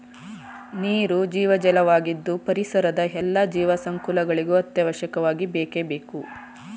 ನೀರು ಜೀವಜಲ ವಾಗಿದ್ದು ಪರಿಸರದ ಎಲ್ಲಾ ಜೀವ ಸಂಕುಲಗಳಿಗೂ ಅತ್ಯವಶ್ಯಕವಾಗಿ ಬೇಕೇ ಬೇಕು